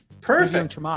Perfect